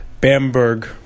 Bamberg